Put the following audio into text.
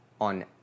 on